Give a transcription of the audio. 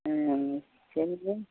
चलिए